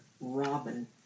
Robin